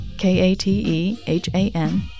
K-A-T-E-H-A-N